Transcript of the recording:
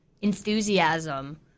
enthusiasm